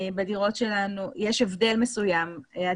יש הבדל מסוים בדירות,